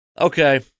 Okay